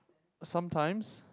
sometimes